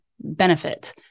benefit